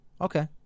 okay